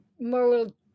moral